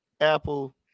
Apple